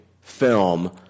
film